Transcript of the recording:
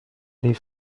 les